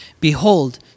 behold